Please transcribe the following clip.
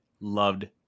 loved